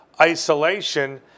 isolation